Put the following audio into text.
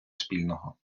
спільного